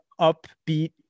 upbeat